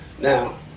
now